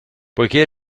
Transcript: poiché